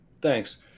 thanks